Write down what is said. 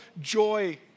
joy